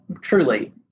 truly